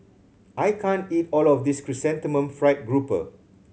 I can't eat all of this Chrysanthemum Fried Grouper